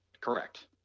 Correct